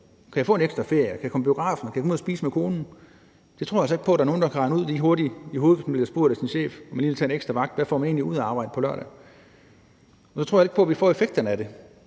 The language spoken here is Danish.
Kan jeg få en ekstra ferie, kan jeg komme i biografen, kan jeg komme ud at spise med konen? Jeg tror altså ikke på, at der er nogen, der lige kan regne ud hurtigt i hovedet, hvis man bliver spurgt af sin chef, om man vil tage en ekstra vagt, hvad man egentlig får ud af at arbejde på lørdag. Og så tror jeg heller ikke på, at vi får effekterne af det,